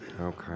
Okay